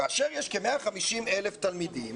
כאשר יש כ-150,000 תלמידים